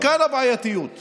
וכאשר תבינו את זה,